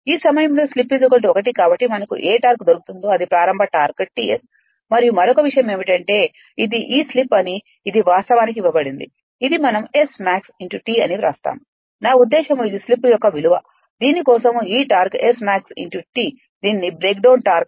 ఈ సమయంలో స్లిప్ 1 కాబట్టి మనకు ఏ టార్క్ దొరుకుతుందో అది ప్రారంభ టార్క్ Ts మరియు మరొక విషయం ఏమిటంటే ఇది ఈ స్లిప్ అని ఇది వాస్తవానికి ఇవ్వబడింది ఇది మనం Smax T అని వ్రాస్తాము నా ఉద్దేశ్యం ఇది స్లిప్ యొక్క విలువ దీని కోసం ఈ టార్క్ Smax T దీనిని బ్రేక్డౌన్ టార్క్ అంటారు